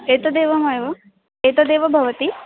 एतदेव मैव एतदेव भवति